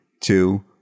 two